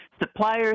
suppliers